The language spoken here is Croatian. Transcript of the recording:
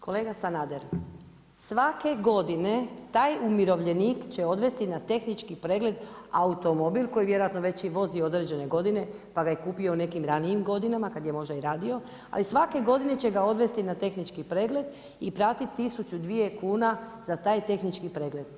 Kolega Sanader, svake godine taj umirovljenik će odvesti na tehnički pregled automobil koji je vjerojatno već i vozio određene godine pa ga je kupio u nekim ranijim godinama kad je možda i radio, ali svake godine će ga odvesti na tehnički pregled i platiti tisuću, dvije kuna za taj tehnički pregled.